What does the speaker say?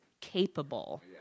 capable